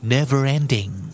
Never-ending